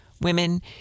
women